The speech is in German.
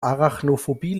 arachnophobie